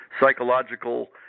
psychological